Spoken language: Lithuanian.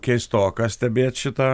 keistoka stebėt šitą